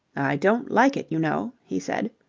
don't like it, you know, he said.